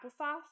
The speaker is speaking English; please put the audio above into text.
applesauce